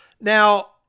Now